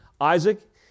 Isaac